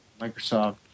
Microsoft